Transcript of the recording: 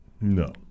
No